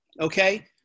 okay